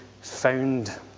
found